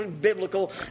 biblical